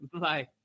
Bye